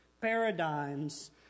paradigms